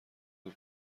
دور